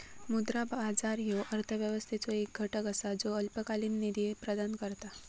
मुद्रा बाजार ह्यो अर्थव्यवस्थेचो एक घटक असा ज्यो अल्पकालीन निधी प्रदान करता